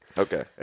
Okay